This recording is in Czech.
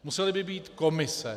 Musely by být komise.